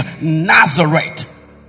Nazareth